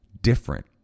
different